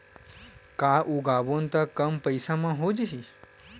का उगाबोन त कम पईसा म हो जाही?